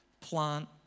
plant